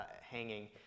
hanging